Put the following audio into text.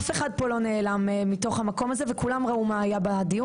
אף אחד פה לא נעלם מתוך המקום הזה וכולם ראו מה היה בדיון.